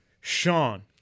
Sean